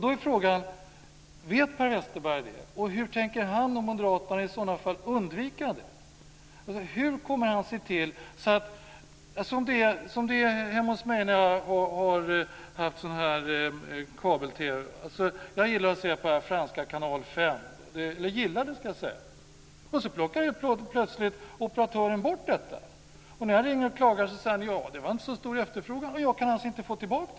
Då är frågan: Vet Per Westerberg det? Och hur tänker han och Moderaterna i så fall undvika det? Hur kommer han att se till det här? Jag kan nämna hur det är hemma hos mig. Jag har kabel-TV. Jag gillar att se på den franska kanal 5 - eller gillade, ska jag säga. Plötsligt plockade operatören bort den. När jag ringde och klagade sade man: Ja, det var inte så stor efterfrågan. Och jag kan alltså inte få tillbaka den.